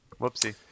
Whoopsie